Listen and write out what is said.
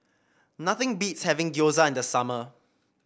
nothing beats having Gyoza in the summer